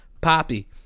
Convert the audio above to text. Poppy